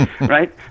Right